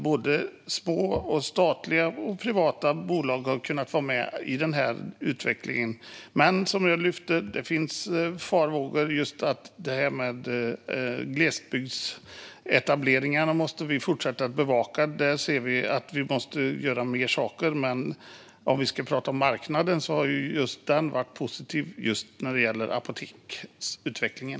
Både statliga och privata bolag har varit med i utvecklingen. Precis som jag lyfte fram finns farhågor. Vi måste fortsätta att bevaka glesbygdsetableringarna. Där behöver mer göras. Men marknaden har varit positiv för apoteksutvecklingen.